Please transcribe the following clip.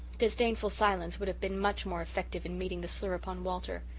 disdainful silence would have been much more effective in meeting the slur upon walter.